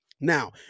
Now